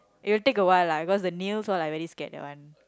it will take a while lah cause the nails all like very scared that one